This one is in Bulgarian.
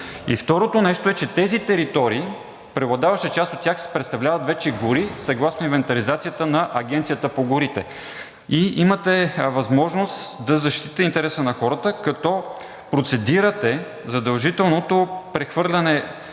второто нещо е, че тези територии, преобладаващата част от тях, представляват вече гори съгласно инвентаризацията на Агенцията по горите. Имате възможност да защитите интереса на хората, като процедирате задължителното прехвърляне